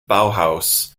bauhaus